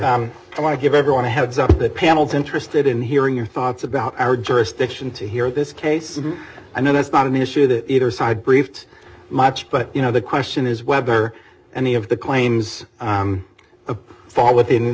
to give everyone a heads up that panel's interested in hearing your thoughts about our jurisdiction to hear this case and then it's not an issue that either side briefed my church but you know the question is whether any of the claims of fall within